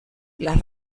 las